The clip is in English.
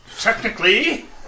technically